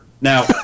Now